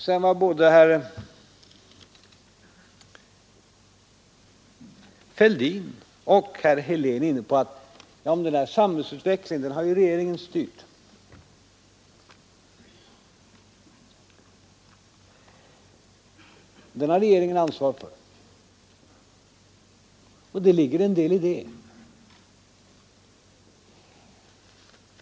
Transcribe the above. Sedan var herr Fälldin och herr Helén inne på: Ja, men den här samhällsutvecklingen har regeringen styrt och den har regeringen ansvar för. Det ligger en del i det.